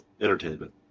entertainment